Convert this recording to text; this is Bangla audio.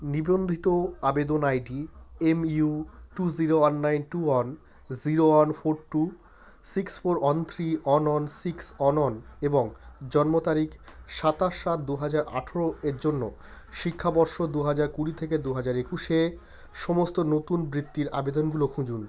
নিবন্ধিত আবেদন ID M U two zero one nine two one zero one four two six four one three one one six one one এবং জন্ম তারিখ সাতাশ সাত দু হাজার আঠেরো এর জন্য শিক্ষাবর্ষ দু হাজার কুড়ি থেকে দু হাজার একুশে সমস্ত নতুন বৃত্তির আবেদনগুলো খুঁজুন